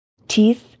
Teeth